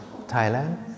Thailand